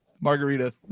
Margarita